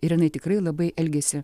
ir jinai tikrai labai elgiasi